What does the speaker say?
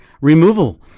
removal